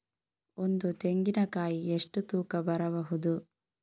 ಒಂದು ತೆಂಗಿನ ಕಾಯಿ ಎಷ್ಟು ತೂಕ ಬರಬಹುದು?